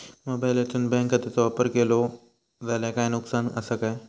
मोबाईलातसून बँक खात्याचो वापर केलो जाल्या काय नुकसान असा काय?